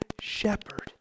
shepherd